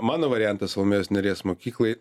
mano variantas salomėjos nėries mokyklai